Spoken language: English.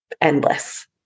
endless